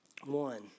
One